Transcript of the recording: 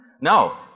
No